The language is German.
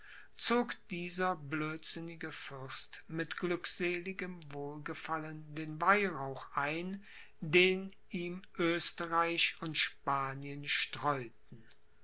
zog dieser blödsinnige fürst mit glückseligem wohlgefallen den weihrauch ein den ihm oesterreich und spanien streuten